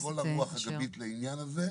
יש לך את כל הרוח הגבית לעניין הזה.